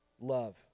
love